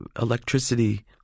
electricity